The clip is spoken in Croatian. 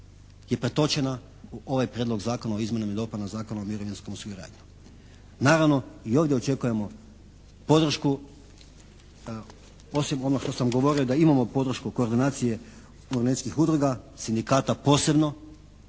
i pretočena u ovaj Prijedlog Zakona o izmjenama i dopunama Zakona o mirovinskom osiguranju. Naravno i ovdje očekujemo podršku osim ono što sam govorio da imamo podršku koordinacije umirovljeničkih udruga, sindikata posebno